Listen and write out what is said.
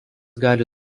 gali